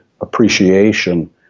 appreciation